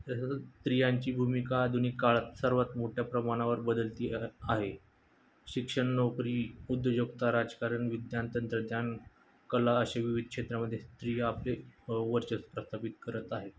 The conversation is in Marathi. तर स्त्रियांची भूमिका आधुनिक काळात सर्वात मोठ्या प्रमाणावर बदलती हा आहे शिक्षण नोकरी उद्योजकता राजकारण विज्ञान तंत्रज्ञान कला अशे विविध क्षेत्रांमध्ये स्त्रिया आपले वर्चस्व प्रस्थापित करत आहे